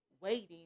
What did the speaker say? waiting